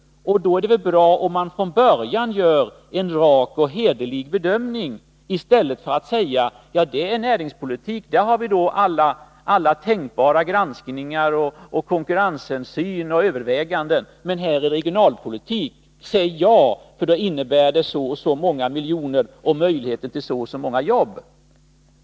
Då är det väl bra om man från början gör en rak och hederlig bedömning i stället för att säga: När det gäller näringspolitiken har vi alla tänkbara granskningar, konkurrenshänsyn och överväganden, men beträffande regionalpolitiken skall man säga ja, för det innebär så och så många miljoner och möjligheter till så och så många jobb.